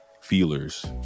feelers